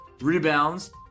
rebounds